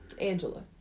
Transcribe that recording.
Angela